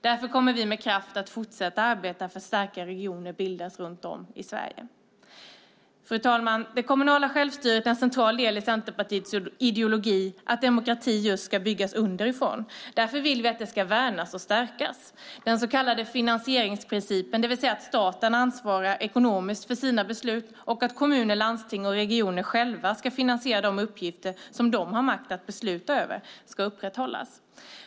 Därför kommer vi med kraft att fortsätta arbeta för att starka regioner bildas runt om i Sverige. Fru talman! Det kommunala självstyret är en central del i Centerpartiets ideologi att demokrati ska byggas underifrån. Därför vill vi att det ska värnas och stärkas. Den så kallade finansieringsprincipen, det vill säga att staten ansvarar ekonomiskt för sina beslut och att kommuner, landsting och regioner själva ska finansiera de uppgifter som de har makt att besluta över, ska upprätthållas.